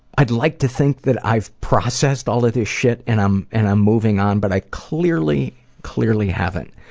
i'd like to think that i've processed all of this shit and i'm and i'm moving on, but i clearly clearly haven't.